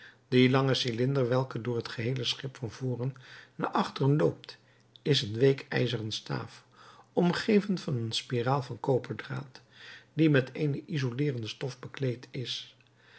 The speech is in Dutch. die lange cylinder welke door het geheele schip van voren naar achteren loopt is een week ijzeren staaf omgeven van een spiraal van koperdraad die met eene isolerende stof bekleed is